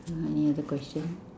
mm any other question